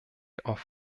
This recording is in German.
auf